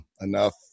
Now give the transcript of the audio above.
enough